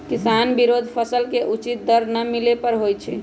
किसान विरोध फसल के उचित दर न मिले पर होई छै